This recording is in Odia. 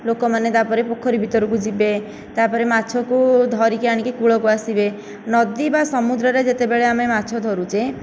ଲୋକମାନେ ତାପରେ ପୋଖରୀ ଭିତରକୁ ଯିବେ ତାପରେ ମାଛକୁ ଧରିକି ଆଣି କୂଳକୁ ଆସିବେ ନଦୀ ବା ସମୂଦ୍ରରେ ଯେତେବେଳେ ଆମେ ମାଛ ଧରୁଛେ